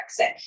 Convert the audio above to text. Brexit